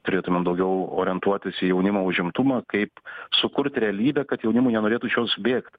turėtumėm daugiau orientuotis į jaunimo užimtumą kaip sukurti realybę kad jaunimui nenorėtų jos bėgt